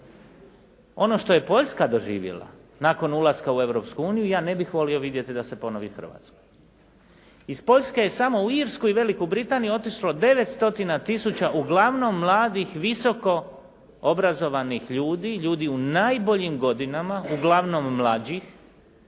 Ono što je Poljska doživjela nakon ulaska u Europsku uniju ja ne bih volio vidjeti da se ponovi Hrvatskoj. Iz Poljske je samo u Irsku i Veliku Britaniju otišlo 9 stotina tisuću uglavnom mladih visoko obrazovanih ljudi, ljudi u najboljim godinama, uglavnom mlađih.